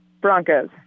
Broncos